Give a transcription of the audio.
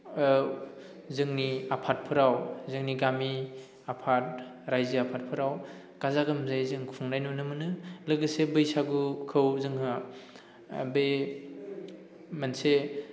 जोंनि आफादफोराव जोंनि गामि आफाद रायजो आफादफोराव गाजा गोमजायै जोङो गसंनाय नुनो मोनो लोगोसे बैसागुखौ जोंहा बे मोनसे